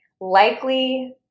Likely